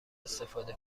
استفاده